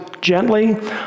gently